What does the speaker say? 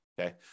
okay